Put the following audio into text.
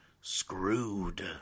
screwed